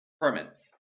permits